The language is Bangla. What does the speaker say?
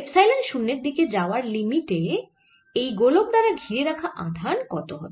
এপসাইলন শুন্যের দিকে যাওয়ার লিমিটে এই গোলক দ্বারা ঘিরে রাখা আধান কত হবে